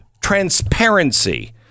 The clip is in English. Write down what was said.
transparency